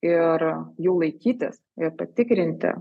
ir jų laikytis ir patikrinti